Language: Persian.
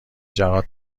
جهات